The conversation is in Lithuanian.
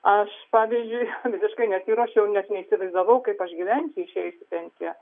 aš pavyzdžiui visiškai nesiruošiau nes neįsivaizdavau kaip aš gyvensiu išėjus į pensiją